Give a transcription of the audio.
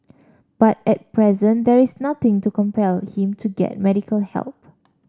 but at present there is nothing to compel him to get medical help